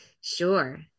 Sure